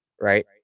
right